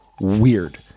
weird